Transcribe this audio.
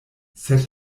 sed